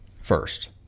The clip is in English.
first